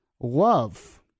love